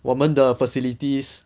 我们的 facilities